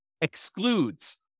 excludes